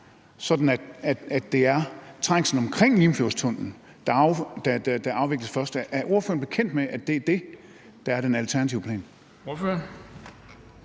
sådan at det er trængslen omkring Limfjordstunnellen, der herved først afvikles? Er ordføreren bekendt med, at det er det, der er den alternative plan?